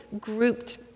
grouped